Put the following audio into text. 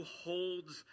holds